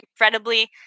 incredibly